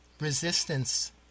resistance